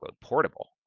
portable